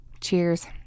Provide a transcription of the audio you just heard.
Cheers